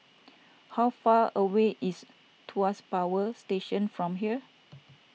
how far away is Tuas Power Station from here